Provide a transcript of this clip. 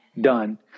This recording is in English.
done